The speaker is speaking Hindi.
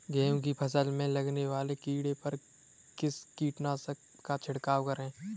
गेहूँ की फसल में लगने वाले कीड़े पर किस कीटनाशक का छिड़काव करें?